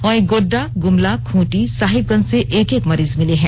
वहीं गोड़डा गुमला खूंटी साहेबगंज से एक एक मरीज मिले हैं